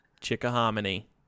Chickahominy